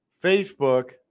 Facebook